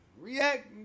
React